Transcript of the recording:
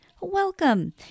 welcome